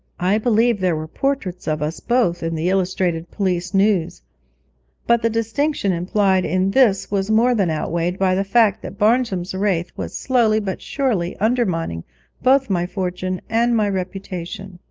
i believe there were portraits of us both in the illustrated police news but the distinction implied in this was more than outweighed by the fact that barnjum's wraith was slowly but surely undermining both my fortune and my reputation.